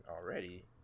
already